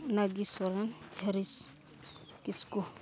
ᱱᱟᱹᱜᱤ ᱥᱚᱨᱮᱱ ᱡᱷᱟᱨᱤᱥ ᱠᱤᱥᱠᱩ